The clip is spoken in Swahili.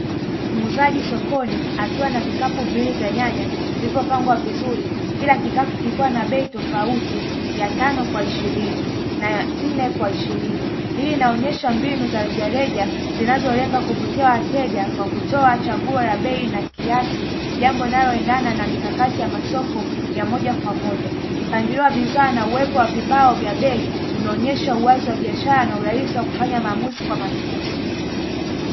Muuzaji sokoni akiwa na vikapu viwili vya nyanya vilivyopangwa vizuri kila kikapu kikiwa na bei tofauti ya tano kwa ishirini na ya nne kwa ishirini, hii inaonesha mbinu za rejareja zinazolenga kuwavutia wateja kwa kutoa chaguo la bei na kisasi jambo linaloendana na mikakati ya masoko ya moja kwa moja. Mpangilio wa bidhaa na uwepo wa vibao vya bei unaonesha uwazi wa biashara na urahisi wa kufanya maamuzi kwa manunuzi.